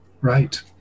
Right